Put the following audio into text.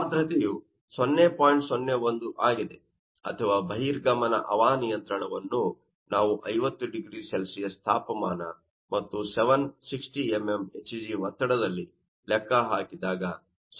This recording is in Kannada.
01 ಆಗಿದೆ ಅಥವಾ ಬಹಿರ್ಗಮನ ಹವಾನಿಯಂತ್ರಣವನ್ನು ನಾವು 50 0C ತಾಪಮಾನ ಮತ್ತು 760 mm Hg ಒತ್ತಡದಲ್ಲಿ ಲೆಕ್ಕಹಾಕಿದಾಗ 0